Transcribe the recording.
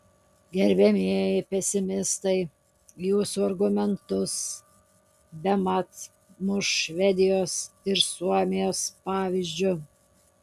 gerbiamieji pesimistai jūsų argumentus bemat muš švedijos ir suomijos pavyzdžiu